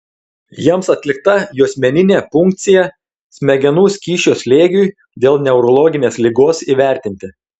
jiems atlikta juosmeninė punkcija smegenų skysčio slėgiui dėl neurologinės ligos įvertinti